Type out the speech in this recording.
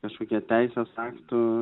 kažkokie teisės aktų